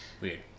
Weird